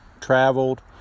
traveled